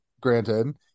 granted